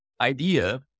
idea